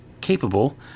capable